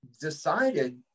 decided